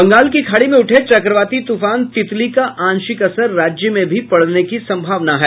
बंगाल की खाड़ी में उठे चक्रवाती तूफान तितली का आंशिक असर राज्य में भी पड़ने की संभावना है